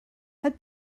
had